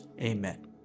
Amen